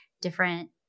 different